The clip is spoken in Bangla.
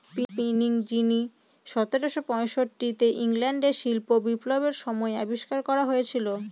স্পিনিং জিনি সতেরোশো পয়ষট্টিতে ইংল্যান্ডে শিল্প বিপ্লবের সময় আবিষ্কার করা হয়েছিল